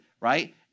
right